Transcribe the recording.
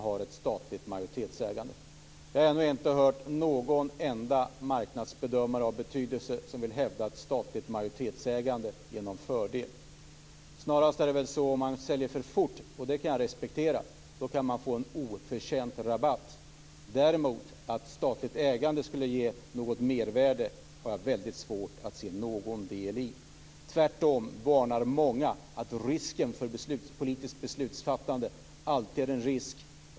Jag har ännu inte hört någon enda marknadsbedömare av betydelse som vill hävda att statligt majoritetsägande ger någon fördel. Om man säljer för fort kan man få en oförtjänt rabatt. Det kan jag respektera. Att statligt ägande skulle ge något mervärde har jag svårt att se. Tvärtom varnar många för att politiskt beslutsfattande alltid är en risk.